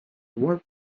what